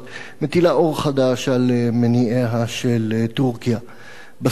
מטילה אור חדש על מניעיה של טורקיה בסיפור הזה.